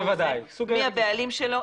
מי הבעלים שלו,